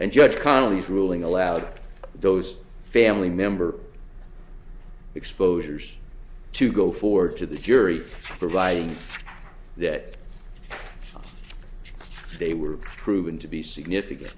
and judge connally's ruling allowed those family member exposures to go forward to the jury providing that they were proven to be significant